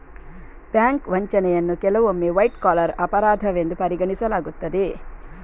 bank ವಂಚನೆಯನ್ನು ಕೆಲವೊಮ್ಮೆ white collar ಅಪರಾಧವೆಂದು ಪರಿಗಣಿಸಲಾಗುತ್ತದೆ